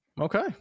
okay